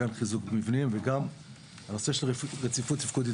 גם חיזוק מבנים וגם הנושא של רציפות תפקודית.